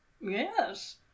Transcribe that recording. yes